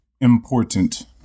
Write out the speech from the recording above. Important